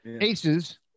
aces